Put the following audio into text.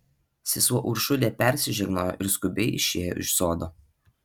sesuo uršulė persižegnojo ir skubiai išėjo iš sodo